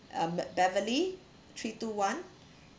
um beverly three two one